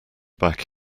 back